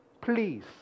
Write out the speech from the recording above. Please